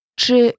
Czy